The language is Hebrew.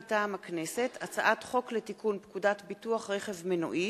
מטעם הכנסת: הצעת חוק לתיקון פקודת ביטוח רכב מנועי